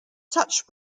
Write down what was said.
touched